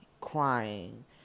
crying